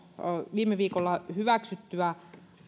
viime viikolla hyväksyttyä